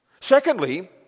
Secondly